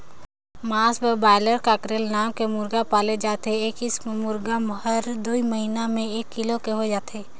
मांस बर broiler, cockerel नांव के मुरगा पाले जाथे ए किसम के मुरगा मन हर दूई महिना में एक किलो के होय जाथे